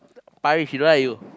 Parish she don't like you